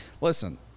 listen